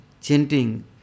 chanting